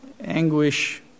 anguish